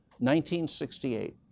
1968